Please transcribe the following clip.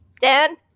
Dan